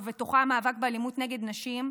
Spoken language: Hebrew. ובתוכה המאבק באלימות נגד נשים,